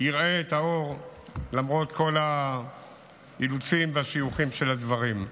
יראה את האור למרות כל האילוצים והשיוך של הדברים.